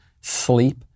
sleep